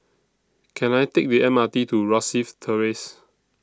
Can I Take The M R T to Rosyth Terrace